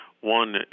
one